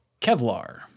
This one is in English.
Kevlar